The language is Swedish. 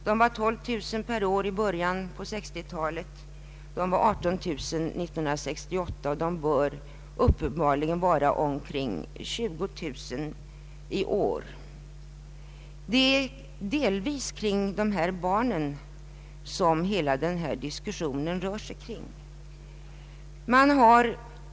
Det var 12 000 per år i början av 1960-talet, det var 18000 år 1968, och det bör uppenbarligen vara omkring 20 000 i år. Det är delvis kring dessa barn som hela denna diskussion rör sig.